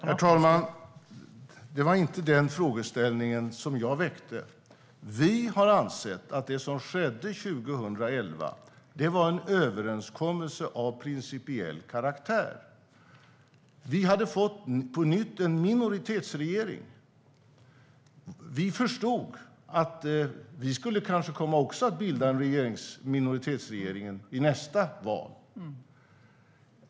Herr talman! Det var inte den frågeställningen jag väckte. Vi har ansett att det som skedde 2011 var en överenskommelse av principiell karaktär. Sverige hade på nytt fått en minoritetsregering. Vi förstod att vi kanske också skulle komma att bilda en minoritetsregering efter nästa val.